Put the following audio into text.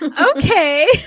okay